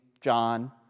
John